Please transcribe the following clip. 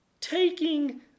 Taking